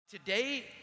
Today